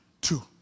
two